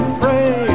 pray